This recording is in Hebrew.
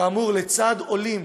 כאמור, לצד עולים,